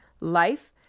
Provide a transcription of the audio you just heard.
life